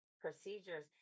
procedures